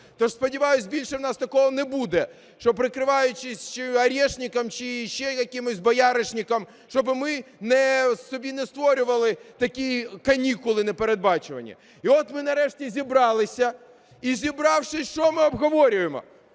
Тож, сподіваюся, більше в нас такого не буде, що прикриваючись чи "орешником", чи ще якимось "бояришником", щоби ми собі не створювали такі канікули непередбачувані. І от ми нарешті зібралися, і, зібравшись, що ми обговорюємо?